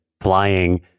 flying